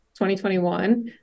2021